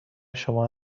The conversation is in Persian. شما